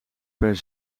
per